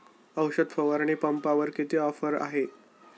औषध फवारणी पंपावर किती ऑफर आहे?